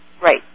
Right